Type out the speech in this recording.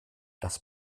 das